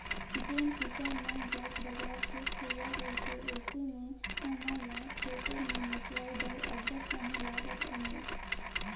जेन किसान मन जग बगरा खेत खाएर रहथे अइसे मे ओमन ल थेरेसर मे मिसवाए बर अब्बड़ समे लगत अहे